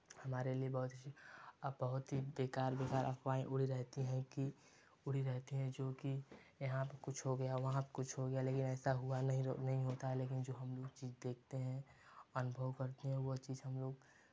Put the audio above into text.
हमारे लिए बहुत ही अफ़ बहुत ही बेकार बेकार आफवाहें उड़ी रहती हैं कि रहती हैं जो की यहाँ पे कुछ हो गया वहाँ पे कुछ हो गया लेकिन ऐसा हुआ नहीं होता है लेकिन हम जो चीज़ देखते हैं अनुभव करते हैं वो चीज़ हम लोग